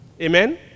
Amen